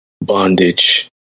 bondage